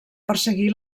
perseguir